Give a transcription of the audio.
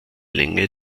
länge